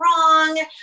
wrong